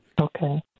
Okay